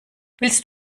willst